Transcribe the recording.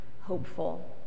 hopeful